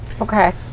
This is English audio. Okay